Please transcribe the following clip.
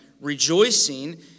rejoicing